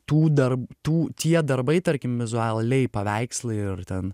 tų darbų tų tie darbai tarkim vizualiai paveikslai ir ten